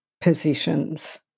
positions